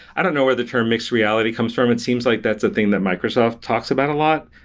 i don't know where the term mixed reality comes from. it seems like that's a thing that microsoft talks about a lot.